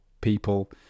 people